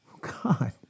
God